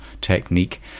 technique